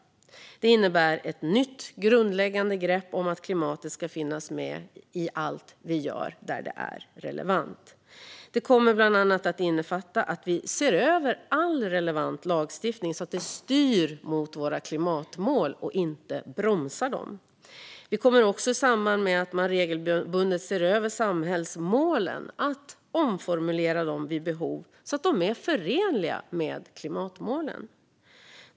Det innebär ett nytt grundläggande grepp om att klimatet ska finnas med i allt vi gör, där det är relevant. Det kommer bland annat att innefatta att vi ser över all relevant lagstiftning så att den styr mot våra klimatmål och inte bromsar dem. Vi kommer också, i samband med att man regelbundet ser över samhällsmålen, att omformulera dem vid behov, så att de är förenliga med klimatmålen.